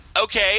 okay